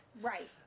Right